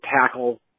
tackle